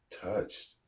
touched